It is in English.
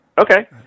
Okay